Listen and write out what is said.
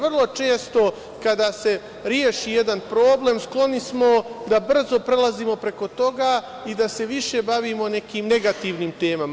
Vrlo često kada se reši jedan problem skloni smo da brzo prelazimo preko toga i da se više bavimo nekim negativnim temama.